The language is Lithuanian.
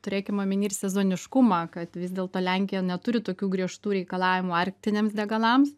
turėkim omeny ir sezoniškumą kad vis dėlto lenkija neturi tokių griežtų reikalavimų arktiniams degalams